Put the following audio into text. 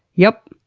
yup,